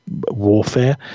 warfare